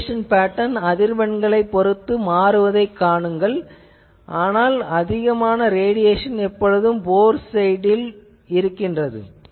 radiation pattern அதிர்வெண்களைப் பொறுத்து மாறுவதைப் பாருங்கள் ஆனால் அதிகமான ரேடியேசன் எப்பொழுதும் போர் சைட்டில் உள்ளது